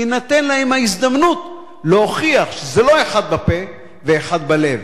תינתן להם ההזדמנות להוכיח שזה לא אחד בפה ואחד בלב.